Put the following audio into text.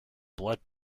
blood